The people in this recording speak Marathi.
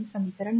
मध्ये समीकरण